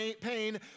pain